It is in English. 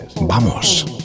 ¡vamos